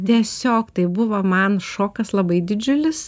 tiesiog tai buvo man šokas labai didžiulis